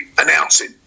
announcing